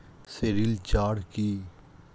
Sericulture কি?